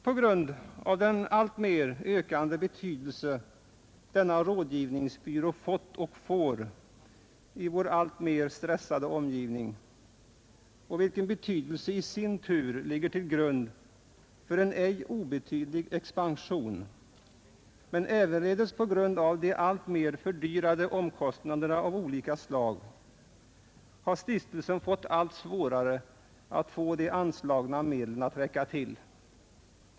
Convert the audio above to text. På grund av den alltmer ökande betydelse som denna ”rådgivningsbyrå” fått och får i vår alltmer stressade omgivning och den ej obetydliga expansion som blivit en följd därav men ävenledes på grund av de allt dyrare omkostnaderna av olika slag har stiftelsen fått allt svårare att få de anslagna medlen att räcka.